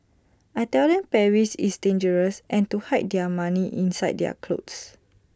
I tell them Paris is dangerous and to hide their money inside their clothes